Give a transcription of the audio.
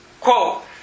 quote